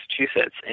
Massachusetts